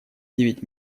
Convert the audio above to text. девять